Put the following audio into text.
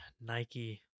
Nike